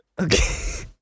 Okay